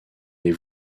les